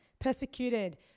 persecuted